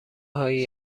هایی